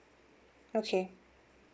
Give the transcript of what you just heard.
okay